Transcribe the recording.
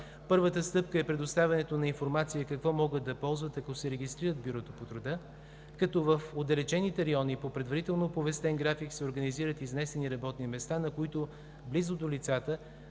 Първата стъпка е предоставянето на информация какво могат да ползват, ако се регистрират в бюрото по труда, като в отдалечените райони по предварително оповестен график се организират изнесени работни места, на които близо до лицата,